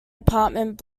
apartment